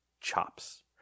chops